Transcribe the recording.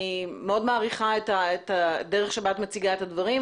אני מאוד מעריכה את הדרך שבה את מציגה את הדברים,